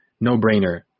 no-brainer